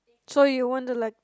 so you want to like